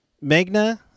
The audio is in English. Magna